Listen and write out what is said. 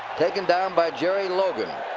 taken down by jerry logan,